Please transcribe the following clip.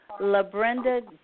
LaBrenda